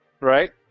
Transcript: Right